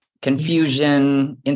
confusion